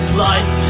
life